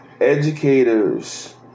educators